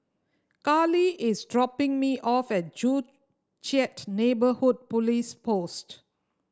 Carly is dropping me off at Joo Chiat Neighbourhood Police Post